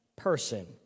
Person